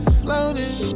floating